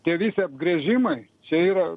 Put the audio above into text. tie visi apgręžimai čia yra